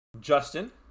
Justin